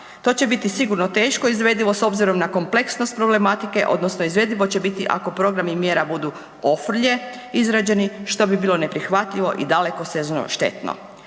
To će biti sigurno teško izvedivo s obzirom na kompleksnost problematike odnosno izvedivo će biti ako programi mjera budu ofrlje izrađeni što bi bilo neprihvatljivo i dalekosežno štetno.